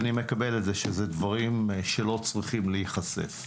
אני מקבל את זה שאלו דברים שלא צריכים להיחשף.